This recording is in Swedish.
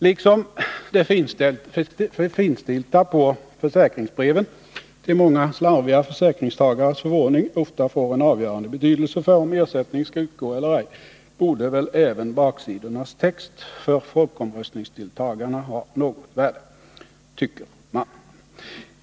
Liksom det finstilta på försäkringsbreven till många slarviga försäkringstagares förvåning ofta får avgörande betydelse för om ersättning skall utgå eller ej, borde väl även baksidornas text för folkomröstningsdeltagarna ha något värde, tycker man.